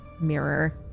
mirror